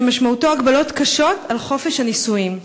ומשמעותו הגבלות קשות על חופש הנישואים.